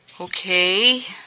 Okay